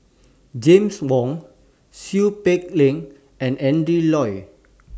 James Wong Seow Peck Leng and Adrin Loi